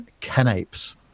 canapes